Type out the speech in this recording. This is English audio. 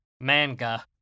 Manga